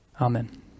Amen